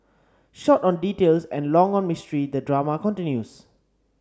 short on details and long on mystery the drama continues